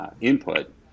input